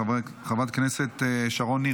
חברת הכנסת שרון ניר,